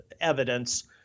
evidence